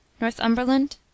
Northumberland